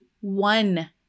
one